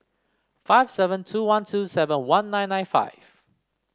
five seven two one two seven one nine nine five